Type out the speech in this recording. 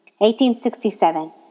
1867